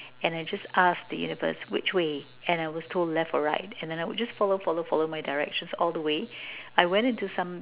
and I just asked the universe which way and I was told left or right and then I would just follow follow follow my directions all the way I went into some